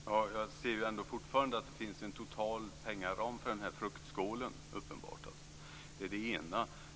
Fru talman! Det är väl ändå uppenbart att det finns en total pengaram för den här fruktskålen. - Det är det ena.